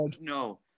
No